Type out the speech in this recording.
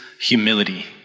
humility